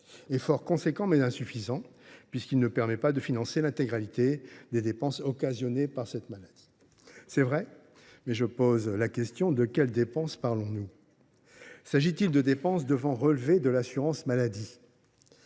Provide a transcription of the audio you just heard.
substantiel, il est insuffisant, puisqu’il ne permet pas de financer l’intégralité des dépenses occasionnées par la maladie. C’est vrai, mais je pose la question : de quelles dépenses parlons nous ? S’agit il de dépenses devant relever de l’assurance maladie ?